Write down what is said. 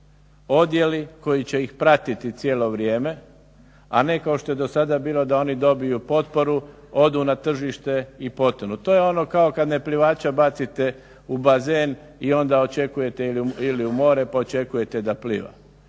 odijeli koji će ih pratiti cijelo vrijeme, a ne kao što je do sada bilo da oni dobiju potporu, odu na tržište i potonu. To je ono kao kada neplivača bacite u bazen ili u more pa onda očekujete da pliva.